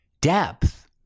depth